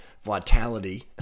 vitality